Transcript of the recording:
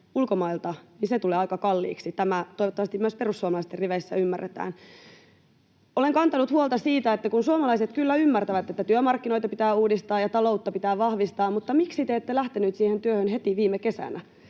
niin se tulee aika kalliiksi? Tämä toivottavasti myös perussuomalaisten riveissä ymmärretään. Olen kantanut huolta siitä, että kun suomalaiset kyllä ymmärtävät, että työmarkkinoita pitää uudistaa ja taloutta pitää vahvistaa, niin miksi te ette lähteneet siihen työhön heti viime kesänä.